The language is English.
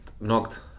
knocked